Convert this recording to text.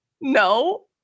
No